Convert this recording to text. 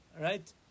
right